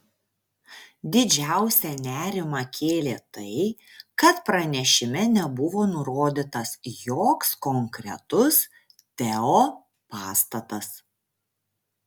didžiausią nerimą kėlė tai kad pranešime nebuvo nurodytas joks konkretus teo pastatas